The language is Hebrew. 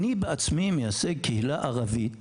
אני בעצמי מייצג קהילה ערבית